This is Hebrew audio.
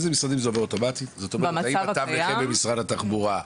זאת אומרת האם --- במשרד התחבורה?